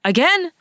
Again